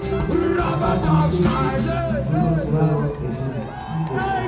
টাকা তুলতে গিয়ে দুটো ছেড়া নোট এসেছে কি করবো?